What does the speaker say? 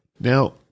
Now